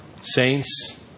Saints